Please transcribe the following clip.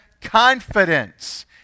confidence